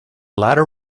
latter